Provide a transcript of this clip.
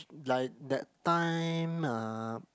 like that time uh